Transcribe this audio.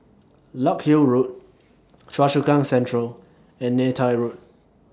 Larkhill Road Choa Chu Kang Central and Neythai Road